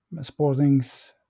sporting's